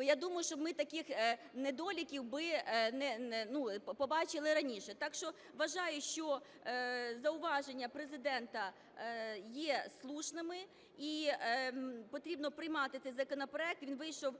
я думаю, що ми б таких недоліків би не... ну, побачили раніше. Так що вважаю, що зауваження Президента є слушними, і потрібно приймати цей законопроект, він вийшов